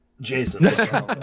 Jason